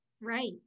Right